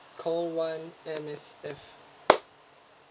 call one M_S_F